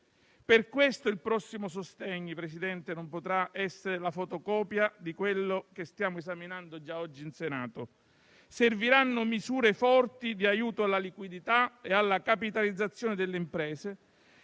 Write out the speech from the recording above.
Per questo il prossimo decreto sostegni, Presidente, non potrà essere la fotocopia di quello che stiamo esaminando già oggi in Senato. Serviranno misure forti di aiuto alla liquidità e alla capitalizzazione delle imprese;